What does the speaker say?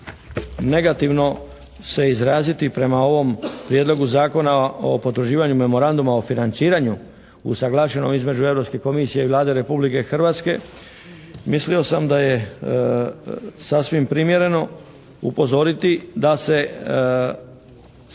negativno se izraziti prema ovom Prijedlogu zakona o potvrđivanju Memoranduma o financiranju usuglašenog između Europske komisije i Vlade Republike Hrvatske. Mislio sam da je sasvim primjereno upozoriti da se